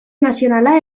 nazionala